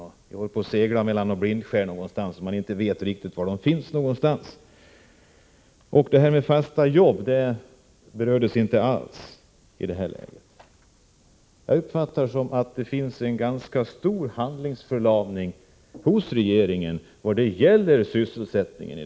Man är ute och seglar utan att känna till var någonstans blindskären ligger. Frågan om fasta jobb berördes inte alls i detta sammanhang. Jag menar att det i dagens läge finns en ganska stor handlingsförlamning inom regeringen vad gäller sysselsättningen.